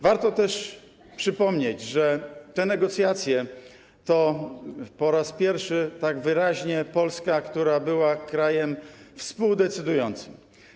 Warto też przypomnieć, że w tych negocjacjach po raz pierwszy tak wyraźnie Polska była krajem współdecydującym.